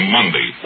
Monday